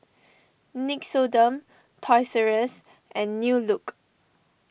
Nixoderm Toys R U S and New Look